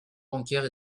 bancaire